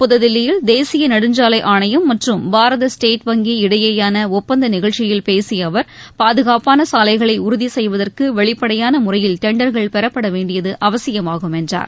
புதுதில்லியில் தேசிய நெடுஞ்சாலை ஆணையம் மற்றும் பாரத ஸ்டேட் வங்கி இடையேயான ஒப்பந்த நிகழ்ச்சியில் பேசிய அவர் பாதுகாப்பாள சாலைகளை உறுதி செய்வதற்கு வெளிப்படையான முறையில் டெண்டர்கள் பெறப்பட வேண்டியது அவசியமாகும் என்றார்